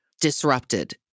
disrupted